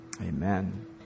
Amen